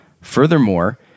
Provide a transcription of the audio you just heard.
Furthermore